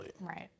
Right